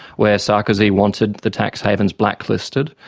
where sarkozy wanted the tax havens blacklisted,